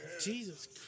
Jesus